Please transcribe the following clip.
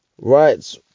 Right